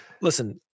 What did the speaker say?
listen